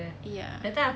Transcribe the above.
ya